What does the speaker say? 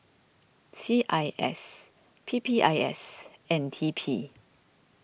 C I S P P I S and T P